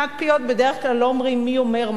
בדרך כלל לא אומרים מי אומר מה לְמה.